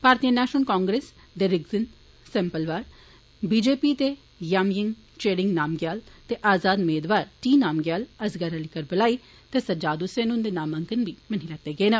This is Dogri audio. भारतीय नेषनल कांग्रेस दे रिगजिन स्पालबार बीजेपी दे जामयांग चेरिंग नामग्याल ते आजाद मेदवार टी नामग्याल असगर अली करबलाई ते सज्जाद हुसैन हुंदे नामांकन बी मन्नी लैते गेन